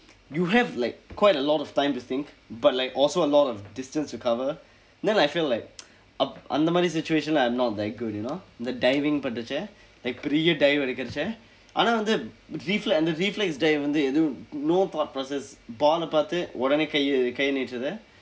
you have like quite a lot of time to think but like also a lot of distance to cover then I feel like அந்த அந்த மாதிரி:andtha andtha maathiri situation இல்ல:illa I'm not that good you know இந்த:indtha diving பண்றபோது:panrapoothu like பெரிய:periya dive அடிக்கபோது ஆனா வந்து:adikkapoothu aanaa vandthu refle~ அந்த:andtha reflex dive வந்து ஏதோ:vandthu eetho no thought process ball eh பார்த்து உடனே கை கை நீட்டுறது:paartthu udanee kai kai niitdurathu